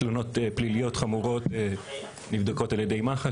תלונות פליליות חמורות שנבדקות על ידי מחש,